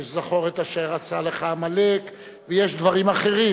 יש "זכור את אשר עשה לך עמלק" ויש דברים אחרים.